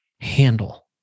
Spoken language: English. handle